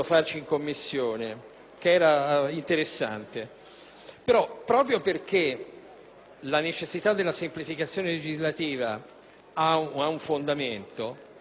proprio perché la necessità della semplificazione legislativa ha un fondamento, mi sembra motivo di